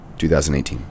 2018